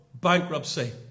bankruptcy